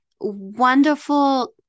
wonderful